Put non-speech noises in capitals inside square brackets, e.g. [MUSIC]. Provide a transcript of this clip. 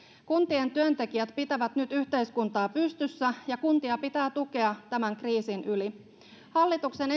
kuntien työntekijät pitävät nyt yhteiskuntaa pystyssä ja kuntia pitää tukea tämän kriisin yli hallituksen [UNINTELLIGIBLE]